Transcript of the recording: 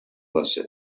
باشه